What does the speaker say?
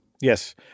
Yes